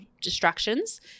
distractions